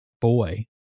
boy